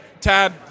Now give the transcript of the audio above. Tad